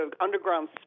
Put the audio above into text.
underground